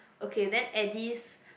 okay then Eddie's